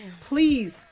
Please